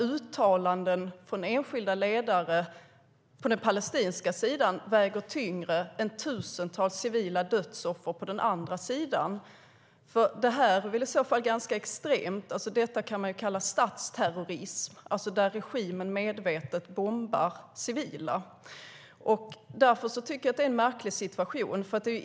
Uttalanden från enskilda ledare på den palestinska sidan väger tyngre än tusentals civila dödsoffer på den andra sidan. Det här är i så fall ganska extremt. Det kan kallas statsterrorism när regimen medvetet bombar civila. Det är en märklig situation.